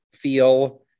feel